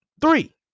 Three